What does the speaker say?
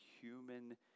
human